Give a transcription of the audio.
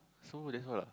so that's all ah